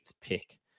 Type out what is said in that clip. pick